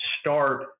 start